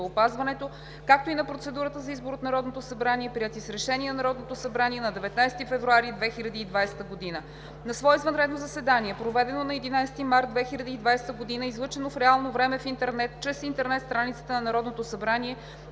здравеопазването, както и на процедурата за избор от Народното събрание, приети с Решение на Народното събрание на 19 февруари 2020 г. На свое извънредно заседание, проведено на 11 март 2020 г., излъчено в реално време в интернет чрез интернет страницата на Народното събрание,